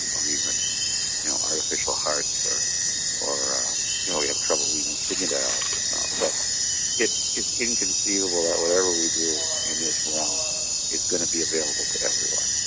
and or even artificial hearts or or you know we have trouble even with kidney dialysis now so it is inconceivable that whatever we do in this realm is going to be available to everyone.